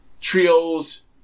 trios